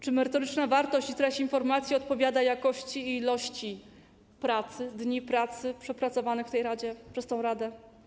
Czy merytoryczna wartość i treść informacji odpowiadają jakości i ilości pracy, liczbie dni przepracowanych w tej radzie, przez tę radę?